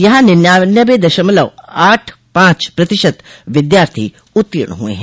यहाँ निन्यानबे दशमलव आठ पाँच प्रतिशत विद्यार्थी उर्त्तीण हुए हैं